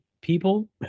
people